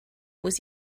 was